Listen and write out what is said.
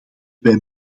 wij